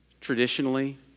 traditionally